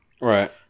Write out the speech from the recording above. Right